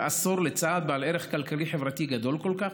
עשור לצעד בעל ערך כלכלי-חברתי גדול כל כך?